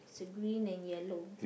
the green and yellow